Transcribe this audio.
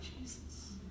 Jesus